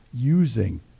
using